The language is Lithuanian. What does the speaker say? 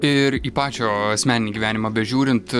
ir į pačio asmeninį gyvenimą bežiūrint